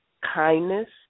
kindness